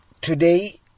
Today